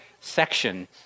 section